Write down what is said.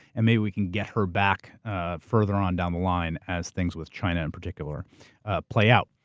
and maybe we can get her back further on down the line as things with china in particular ah play out.